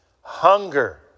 hunger